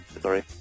Sorry